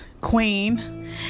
queen